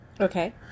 Okay